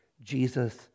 Jesus